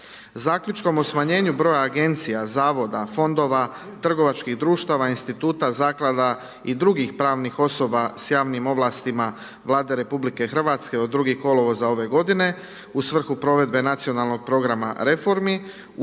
Zaključkom o smanjenju broja agencija, zavoda, fondova, trgovačkih društava, instituta, zaklada i drugih pravnih osoba za javnim ovlastima Vlade RH od 2. kolovoza ove godine u svrhu provedbe nacionalnog programa reformi